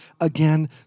again